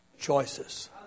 choices